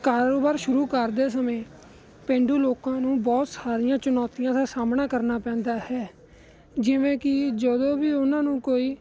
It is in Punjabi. ਕਾਰੋਬਰ ਸ਼ੁਰੂ ਕਰਦੇ ਸਮੇਂ ਪੇਂਡੂ ਲੋਕਾਂ ਨੂੰ ਬਹੁਤ ਸਾਰੀਆਂ ਚੁਨੌਤੀਆਂ ਦਾ ਸਾਹਮਣਾ ਕਰਨਾ ਪੈਂਦਾ ਹੈ ਜਿਵੇਂ ਕਿ ਜਦੋਂ ਵੀ ਉਹਨਾਂ ਨੂੰ ਕੋਈ